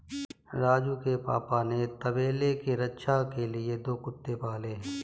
राजू के पापा ने तबेले के रक्षा के लिए दो कुत्ते पाले हैं